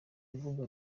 rubuga